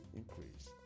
increase